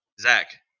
zach